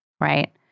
right